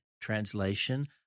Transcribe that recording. Translation